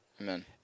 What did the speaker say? Amen